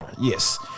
yes